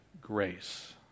grace